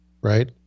right